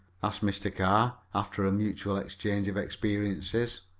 asked mr. carr, after a mutual exchange of experiences.